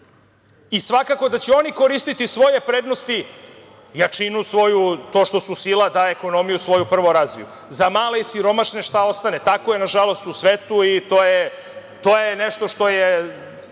i svakako da će oni koristiti svoje prednosti, jačinu svoju, to što su sila da ekonomiju svoju prvo razviju. Za male i siromašne šta ostane. Tako je, nažalost, u svetu i to je nešto što je